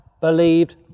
believed